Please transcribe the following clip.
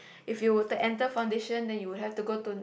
if you were to enter foundation then you would have to go to